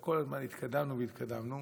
כל הזמן התקדמנו והתקדמנו,